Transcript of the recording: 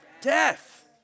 Death